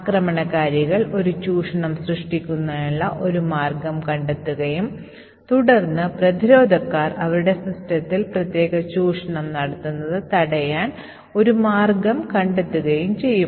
ആക്രമണകാരികൾ ഒരു ചൂഷണം സൃഷ്ടിക്കുന്നതിനുള്ള ഒരു മാർഗം കണ്ടെത്തുകയും തുടർന്ന് പ്രതിരോധക്കാർ അവരുടെ സിസ്റ്റത്തിൽ പ്രത്യേക ചൂഷണം നടത്തുന്നത് തടയാൻ ഒരു മാർഗം കണ്ടെത്തുകയും ചെയ്യും